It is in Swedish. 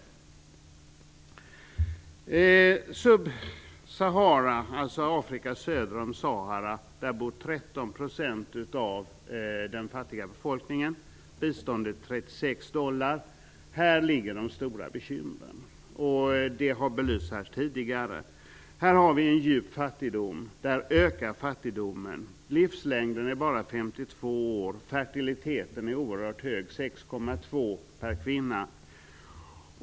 I Subsahara - Afrika söder om Sahara - bor 13 % Här finns de stora bekymren, vilket också tidigare har belysts i debatten. Här finns en djup och ökande fattigdom. Livslängden är bara 52 år och fertiliteten är oerhört höga 6,2 barn per kvinna.